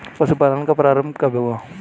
पशुपालन का प्रारंभ कब हुआ?